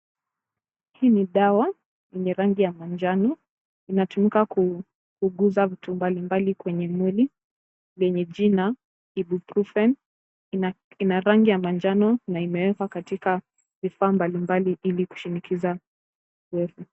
Hii ni dawa yenye rangi ya manjano. Inatumika kuuguza vitu mbalimbali kwenye mwili vyenye jina ibupruphen . Ina rangi ya manjano na imewekwa katika vifaa mbalimbali ili kushinikiza